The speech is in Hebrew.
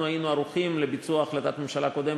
אנחנו היינו ערוכים לביצוע החלטת ממשלה קודמת,